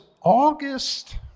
August